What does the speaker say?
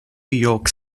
york